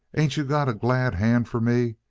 ain't you got a glad hand for me?